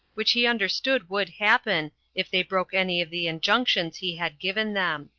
which he understood would happen, if they broke any of the injunctions he had given them.